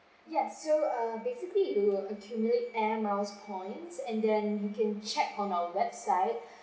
yes so err basically it will accumulate air miles points and then you can check on our website